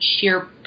sheer